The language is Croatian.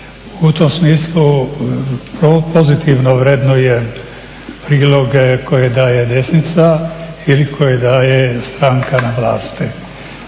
U tom smislu pozitivno vrednujem priloge koje daje desnica ili koje daje stranka na vlasti.